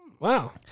Wow